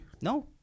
No